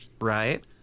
right